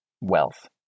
wealth